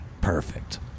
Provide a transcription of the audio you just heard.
Perfect